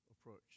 approach